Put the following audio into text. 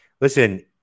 listen